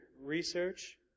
research